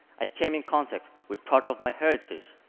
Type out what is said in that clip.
i came in contact with part of my heritage.